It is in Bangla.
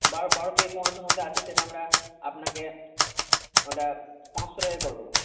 বারো বারো থেকে পনেরোশোর মধ্যে আছে সেটা আমরা আপনাকে ওটা পাঁচশো টাকায় করে দেবো